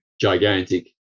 gigantic